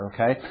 Okay